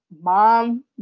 mom